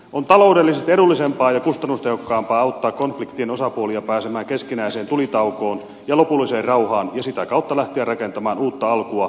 on taloudellisesti edullisempaa ja kustannustehokkaampaa auttaa konfliktien osapuolia pääsemään keskinäiseen tulitaukoon ja lopulliseen rauhaan ja sitä kautta lähteä rakentamaan uutta alkua yhteiskuntajärjestykselle